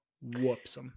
Whoops